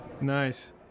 nice